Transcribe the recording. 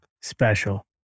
special